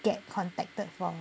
get contacted for